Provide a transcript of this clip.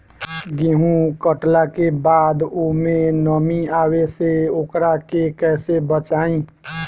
गेंहू कटला के बाद ओमे नमी आवे से ओकरा के कैसे बचाई?